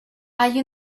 hay